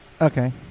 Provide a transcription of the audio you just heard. Okay